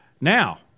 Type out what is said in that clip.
now